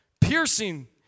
piercing